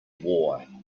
war